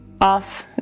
off